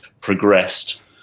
progressed